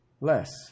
less